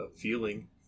feeling